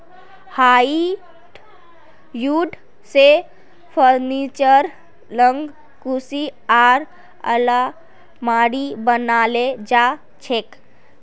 hardwood स furniture, पलंग कुर्सी आर आलमारी बनाल जा छेक